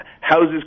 houses